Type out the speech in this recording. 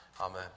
Amen